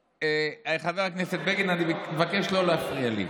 חבר הכנסת בגין, אני מבקש לא להפריע לי.